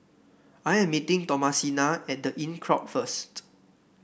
I am meeting Thomasina at The Inncrowd first